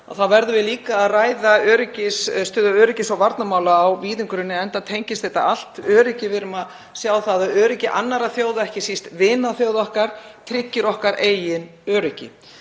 við verðum líka að ræða stöðu öryggis- og varnarmála á víðum grunni, enda tengist þetta allt öryggi. Við erum að sjá það að öryggi annarra þjóða, ekki síst vinaþjóða okkar, tryggir okkar eigið öryggi.